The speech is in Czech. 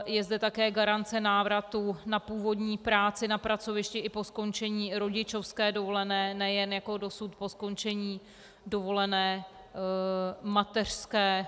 Je zde také garance návratu na původní práci na pracovišti i po skončení rodičovské dovolené, nejen jako dosud po skončení dovolené mateřské.